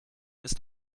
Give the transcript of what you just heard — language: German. ist